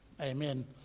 amen